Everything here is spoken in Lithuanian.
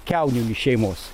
kiauninių šeimos